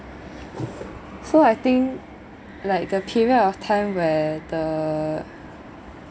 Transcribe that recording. so I think like a period of time where the